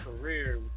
career